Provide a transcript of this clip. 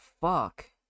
fuck